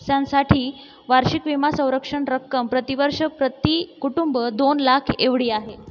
स्यांसाठी वार्षिक विमा संरक्षण रक्कम प्रतिवर्ष प्रतिकुटुंब दोन लाख एवढी आहे